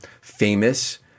famous